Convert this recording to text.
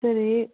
சரி